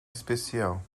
especial